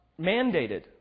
mandated